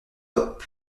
pop